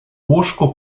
łóżku